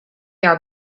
are